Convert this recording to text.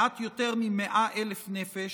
מעט יותר מ-100,000 נפש,